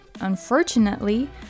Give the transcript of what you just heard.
Unfortunately